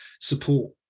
support